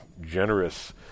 generous